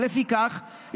לפיכך,